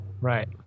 Right